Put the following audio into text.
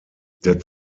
der